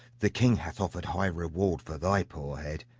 the king hath offered high reward for thy poor head,